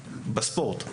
בספורט.